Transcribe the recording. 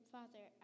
Father